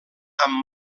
amb